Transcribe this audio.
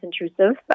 intrusive